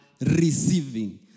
receiving